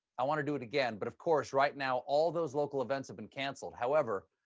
i want to do it again, but, of course, right now, all those local events have been. cancelled. however,